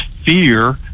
fear